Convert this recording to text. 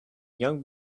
young